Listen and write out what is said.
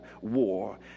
war